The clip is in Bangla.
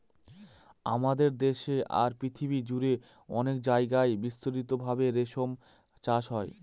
আমাদের দেশে আর পৃথিবী জুড়ে অনেক জায়গায় বিস্তৃত ভাবে রেশম চাষ হয়